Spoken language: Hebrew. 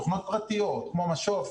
תוכנות פרטיות כמו משוב,